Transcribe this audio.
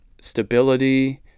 stability